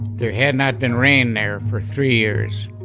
there had not been rain there for three years.